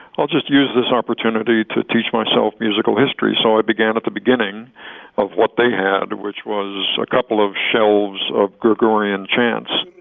i'll just use this opportunity to teach myself musical history. so i began at the beginning of what they had which was a couple of shelves of gregorian chants.